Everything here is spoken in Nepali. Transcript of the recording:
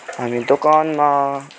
हामी दोकानमा